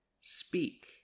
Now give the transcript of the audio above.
Speak